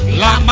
la